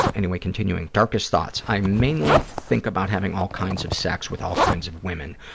and anyway, continuing, darkest thoughts. i mainly think about having all kinds of sex with all kinds of women.